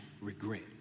regret